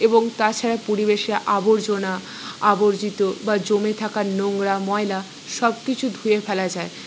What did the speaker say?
এবং তাছাড়া পরিবেশে আবর্জনা আবর্জিত বা জমে থাকা নোংরা ময়লা সবকিছু ধুয়ে ফেলা যায়